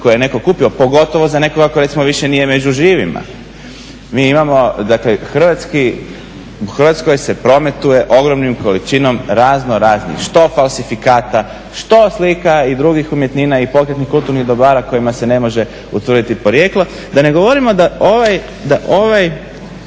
koje je neko kupio pogotovo za nekoga ko recimo više nije među živima. Mi imamo, dakle u Hrvatskoj se prometuje ogromnim količinom razno raznih što falsifikata, što slika i drugih umjetnina i pokretnih kulturnih dobara kojima se ne može utvrditi porijeklo. Da ne govorimo da ovaj